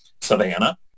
savannah